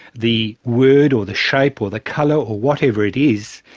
the word or the shape or the colour or whatever it is,